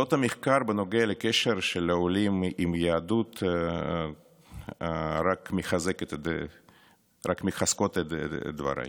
תוצאות המחקר בנוגע לקשר של העולים עם היהדות רק מחזקות את דבריי.